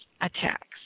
attacks